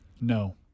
No